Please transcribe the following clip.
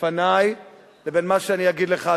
לפני לבין מה שאני אגיד לך.